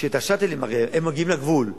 שאת ה"שאטלים" הרי הם מגיעים לגבול,